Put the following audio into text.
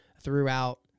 throughout